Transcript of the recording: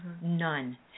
None